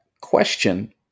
Question